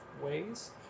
ways